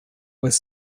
with